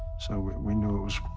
so, we, we knew it was,